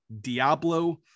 diablo